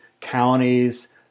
counties